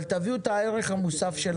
אבל תביאו את הערך המוסף שלכם.